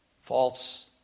False